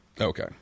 Okay